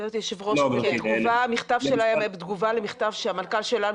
גבירתי היושבת-ראש, המנכ"ל שלנו